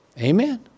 Amen